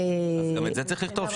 אז גם את זה צריך לכתוב?